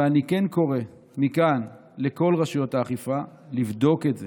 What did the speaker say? אבל אני קורא מכאן לכל רשויות האכיפה לבדוק את זה,